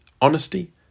honesty